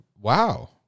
Wow